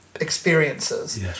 experiences